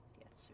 Yes